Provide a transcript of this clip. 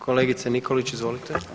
Kolegice Nikolić, izvolite.